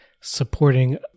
supporting